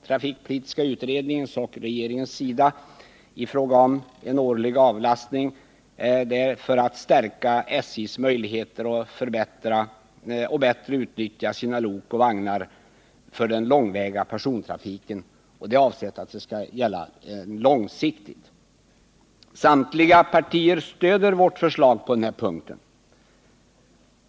Trafikpolitiska utredningens och regeringens avsikt är att med en årlig avlastning stärka SJ:s möjligheter att bättre utnyttja sina lok och vagnar för den långväga persontrafiken, och detta skall gälla långsiktigt. Samtliga partier stöder vårt förslag på den här punkten.